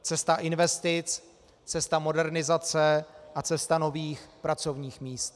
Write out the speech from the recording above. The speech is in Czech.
Cesta investic, cesta modernizace a cesta nových pracovních míst.